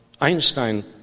Einstein